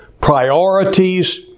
priorities